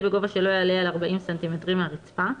בגובה שלא יעלה על 40 סנטימטרים מהרצפה,